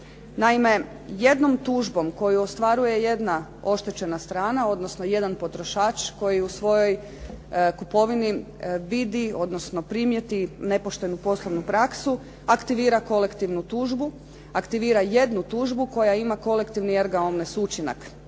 Naime, jednom tužbom koju ostvaruje jedna oštećena strana, odnosno jedan potrošač koji u svojoj kupovini vidi, odnosno primijeti nepoštenu poslovnu praksu aktivira kolektivnu tužbu, aktivira jednu tužbu koja ima kolektivni erga omnes učinak.